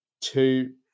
two